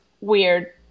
weird